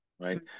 right